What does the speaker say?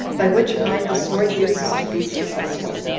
by which mind the sword uses to be successful.